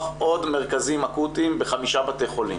עוד מרכזים אקוטיים בחמישה בתי חולים.